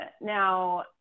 Now